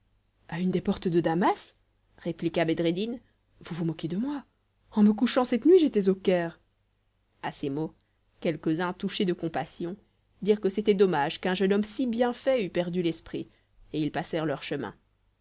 à une des portes de damas répliqua bedreddin vous vous moquez de moi en me couchant cette nuit j'étais au caire à ces mots quelques-uns touchés de compassion dirent que c'était dommage qu'un jeune homme si bien fait eût perdu l'esprit et ils passèrent leur chemin